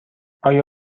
آیا